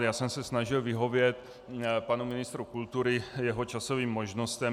Já jsem se snažil vyhovět panu ministrovi kultury, jeho časovým možnostem.